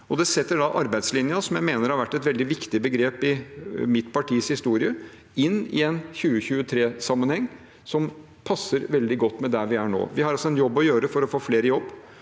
det setter da arbeidslinja, som jeg mener har vært et veldig viktig begrep i mitt partis historie, inn i en 2023-sammenheng som passer veldig godt der vi er nå. Vi har en jobb å gjøre for å få flere i jobb,